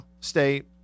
State